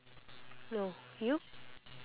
no you